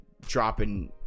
dropping